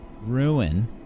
ruin